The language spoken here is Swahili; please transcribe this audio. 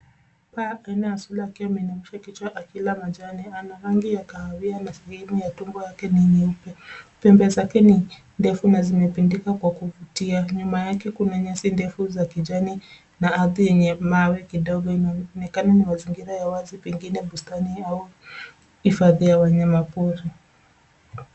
Paa aina ya swala akiwa ameinamisha kichwa akila majani. Ana rangi ya kahawia na sehemu ya tumbo yake ni nyeupe. Pembe zake ni ndefu na zimepindika kwa kuvutia. Nyuma yake kuna nyasi ndefu za kijani na ardhi yenye mawe kidogo. Inaonekana ni mazingira ya wazi, pengine bustani au hifadhi ya wanyamapori.